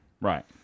Right